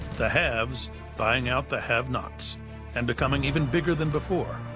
the haves buying out the have-nots and becoming even bigger than before.